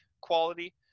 quality